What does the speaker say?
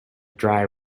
dry